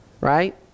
Right